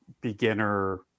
beginner